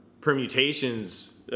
permutations